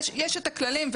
יש הכללים,